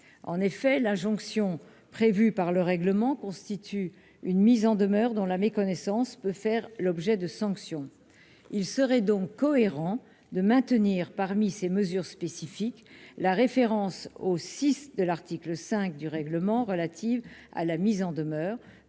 en effet la jonction prévue par le règlement constitue une mise en demeure dans la méconnaissance peut faire l'objet de sanctions, il serait donc cohérent de maintenir parmi ces mesures spécifiques, la référence au 6 de l'article 5 du règlement relative à la mise en demeure,